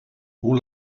hoe